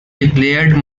declared